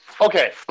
okay